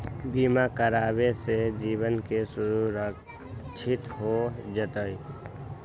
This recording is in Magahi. बीमा करावे से जीवन के सुरक्षित हो जतई?